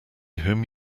whom